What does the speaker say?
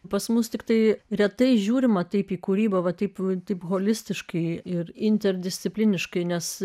pas mus tiktai retai žiūrima taip į kūrybą va taip taip holistiškai ir interdiscipliniškai nes